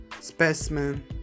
specimen